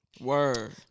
Word